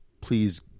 please